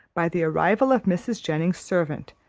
by the arrival of mrs. jennings's servant,